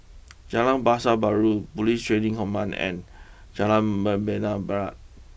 Jalan Pasar Baru police Training Command and Jalan Membina Barat